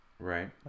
Right